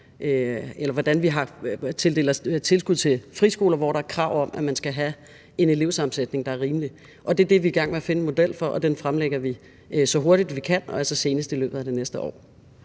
for, hvordan vi tildeler tilskud til friskoler, og hvor der er krav om, at man skal have en elevsammensætning, der er rimelig. Og det er det, vi er i gang med at finde en model for, og den fremlægger vi, så hurtigt vi kan, og altså senest i løbet af det næste år.